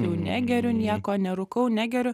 jau negeriu nieko nerūkau negeriu